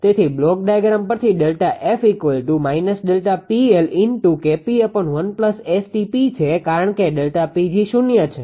તેથી block diagram પરથી ΔF છે કારણ કે ΔPg શૂન્ય છે